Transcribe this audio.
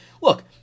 look